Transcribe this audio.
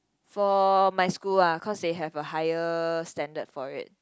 for my school ah cause they have a higher standard for it